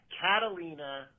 Catalina